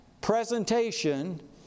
presentation